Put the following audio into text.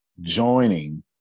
joining